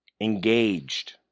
engaged